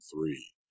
three